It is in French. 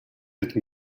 êtes